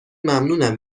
ممنونم